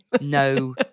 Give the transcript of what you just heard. no